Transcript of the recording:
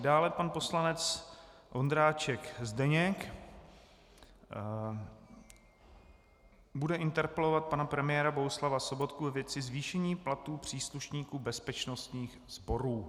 Dále pan poslanec Ondráček Zdeněk bude interpelovat pana premiéra Bohuslava Sobotku ve věci zvýšení platů příslušníků bezpečnostních sborů.